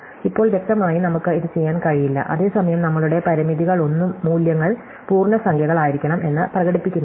ഇപ്പോൾ വ്യക്തമായും നമുക്ക് ഇത് ചെയ്യാൻ കഴിയില്ല അതേസമയം നമ്മളുടെ പരിമിതികളൊന്നും മൂല്യങ്ങൾ പൂർണ്ണസംഖ്യകളായിരിക്കണം എന്ന് പ്രകടിപ്പിക്കുന്നില്ല